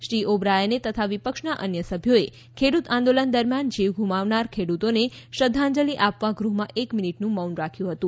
શ્રી ઓ બ્રાયને તથા વિપક્ષના અન્ય સભ્યોએ ખેડૂત આંદોલન દરમિયાન જીવ ગુમાવનાર ખેડૂતોને શ્રધ્ધાજંલિ આપવા ગૃહમાં એક મિનીટનું મૌન રાખ્યું હતું